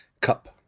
CUP